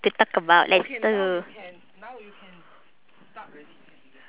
talk about